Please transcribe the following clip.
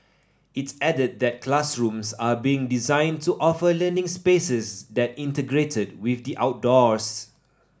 it added that classrooms are being designed to offer learning spaces that integrate with the outdoors